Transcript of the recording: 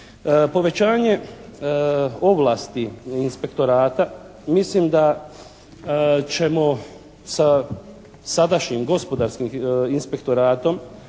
Povećanje ovlasti inspektorata mislim da ćemo sa sadašnjim Gospodarskim inspektoratom